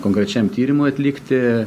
konkrečiam tyrimui atlikti